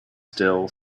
still